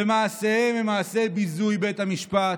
ומעשיהם הם מעשי ביזוי בית המשפט.